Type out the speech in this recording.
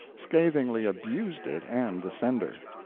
scathingly abused it and the sender.